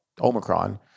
Omicron